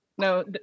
No